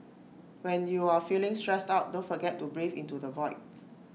when you are feeling stressed out don't forget to breathe into the void